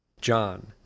John